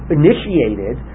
initiated